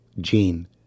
Gene